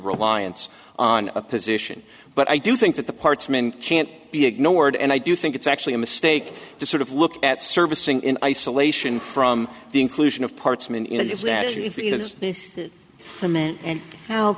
reliance on a position but i do think that the parts man can't be ignored and i do think it's actually a mistake to sort of look at servicing in isolation from the inclusion of parts